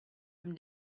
them